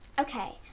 Okay